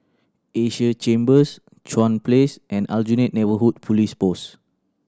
Asia Chambers Chuan Place and Aljunied Neighbourhood Police Post